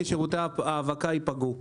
כי שירותי האבקה ייפגעו,